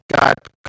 got